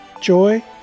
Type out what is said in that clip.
joy